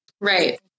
Right